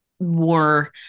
More